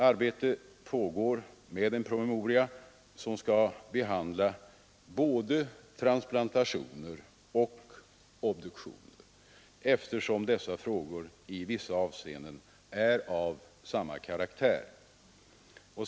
Arbete pågår med en promemoria som skall behandla både transplantationer och obduktioner, eftersom dessa frågor i vissa avseenden är av samma karaktär.